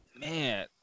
Man